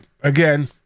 again